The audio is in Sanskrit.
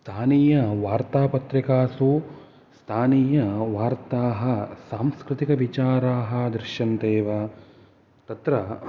स्थानीयवार्तापत्रिकासु स्थानीयवार्ताः सांस्कृतिकविचाराः दृश्यन्ते वा तत्र